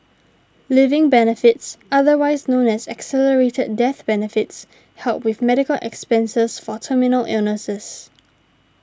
living benefits otherwise known as accelerated death benefits help with medical expenses for terminal illnesses